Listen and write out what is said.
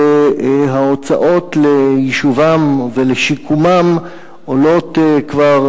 וההוצאות ליישובם ולשיקומם עולות כבר,